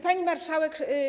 Pani Marszałek!